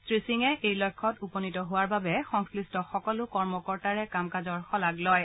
শ্ৰী সিঙে এই লক্ষ্যত উপনীত হোৱাৰ বৈাবে সংশ্লিষ্ট সকলো কৰ্মকৰ্তাৰে কাম কাজৰ শলাগ লয়